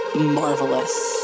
marvelous